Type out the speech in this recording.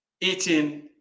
eating